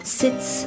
sits